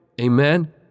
amen